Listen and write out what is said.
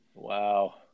Wow